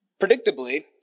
Predictably